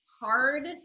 hard